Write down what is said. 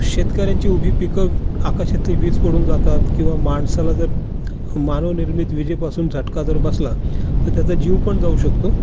शेतकऱ्यांची उभी पिकं आकाशातली वीज पडून जातात किंवा माणसाला जर मानवनिर्मित विजेपासून झटका जर बसला तर त्याचा जीव पण जाऊ शकतो